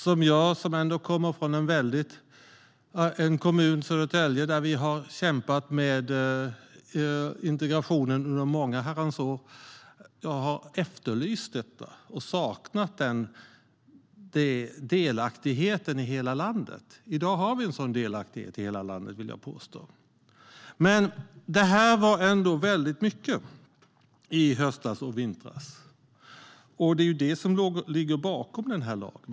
Jag kommer från Södertälje, en kommun där vi har kämpat med integrationen under många herrans år. Jag har efterlyst detta och saknat den delaktigheten i hela landet. I dag har vi en sådan delaktighet i hela landet, vill jag påstå. Visst var det väldigt mycket i höstas och vintras, och det är det som ligger bakom den här lagen.